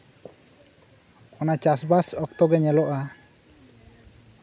ᱚᱱᱟ ᱪᱟᱥᱵᱟᱥ ᱚᱠᱛᱚ ᱜᱮ ᱧᱮᱞᱚᱜᱼᱟ